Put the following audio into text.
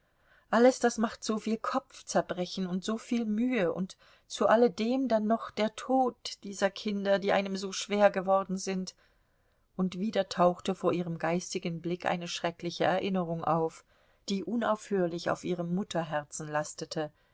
alles das macht soviel kopfzerbrechen und soviel mühe und zu alledem dann noch der tod dieser kinder die einem so schwer geworden sind und wieder tauchte vor ihrem geistigen blick eine schreckliche erinnerung auf die unaufhörlich auf ihrem mutterherzen lastete